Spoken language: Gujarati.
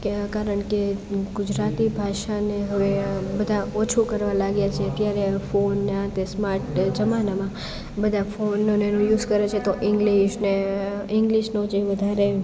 કે આ કારણ કે ગુજરાતી ભાષાને હવે બધા ઓછું કરવા લાગ્યા છે અત્યારે ફોનને આતે સ્માર્ટ જમાનામાં બધા ફોનનો ને એનો યુસ કરે છે તો ઇંગ્લિશને ઈંગ્લીશનો જે વધારે